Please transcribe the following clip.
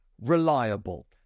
reliable